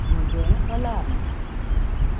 म्हजे अलार्म